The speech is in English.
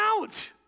out